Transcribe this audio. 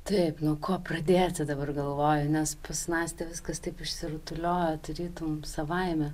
taip nuo ko pradėti dabar galvoju nes pas nastę viskas taip išsirutuliojo tarytum savaime